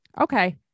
Okay